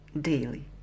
daily